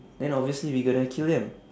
then obviously we got to kill them